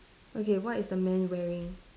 okay what is the man wearing